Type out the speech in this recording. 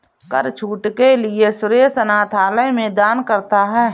कर छूट के लिए सुरेश अनाथालय में दान करता है